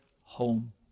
home